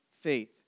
faith